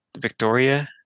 Victoria